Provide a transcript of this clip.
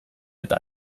eta